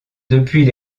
depuis